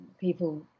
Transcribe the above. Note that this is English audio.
people